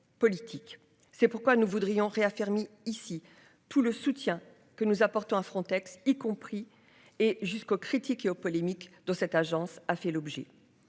C'est pourquoi nous voudrions réaffirmer ici tout le soutien que nous apportons à Frontex, y compris et jusqu'aux critiques et aux polémiques dans cette agence a fait l'objet.